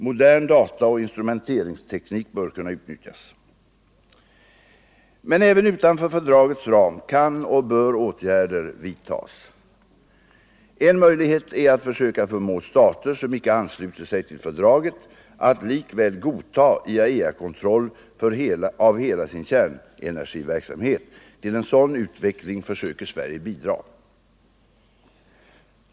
Modern dataoch instrumenteringsteknik bör — nedrustningsfrågorkunna utnyttjas. na Men även utanför fördragets ram kan och bör åtgärder vidtas. En möjlighet är att söka förmå stater, som inte anslutit sig till fördraget, att likväl godta IAEA-kontroll av hela sin kärnenergiverksamhet. Till en sådan utveckling försöker Sverige bidra.